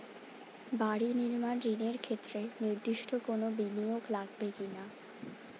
বাড়ি নির্মাণ ঋণের ক্ষেত্রে নির্দিষ্ট কোনো বিনিয়োগ লাগবে কি না?